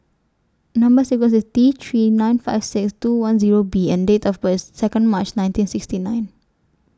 Number sequence IS T three nine five six two one Zero B and Date of birth IS Second March nineteen sixty nine